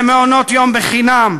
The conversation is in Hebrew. למעונות-יום חינם,